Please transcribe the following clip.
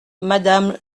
madame